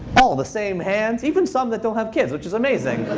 all the same hands, even some that don't have kids, which is amazing.